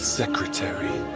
secretary